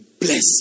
bless